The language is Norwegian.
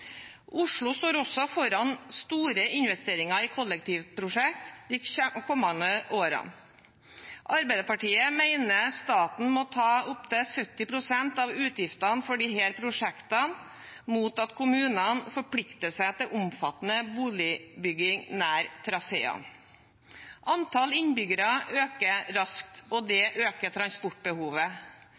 Oslo står også foran store investeringer i kollektivprosjekter de kommende årene. Arbeiderpartiet mener at staten må ta opptil 70 pst. av utgiftene til disse prosjektene mot at kommunene forplikter seg til omfattende boligbygging nær traseene. Antall innbyggere øker raskt, og det øker transportbehovet.